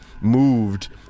moved